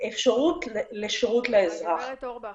אפשרות לשירות לאזרח.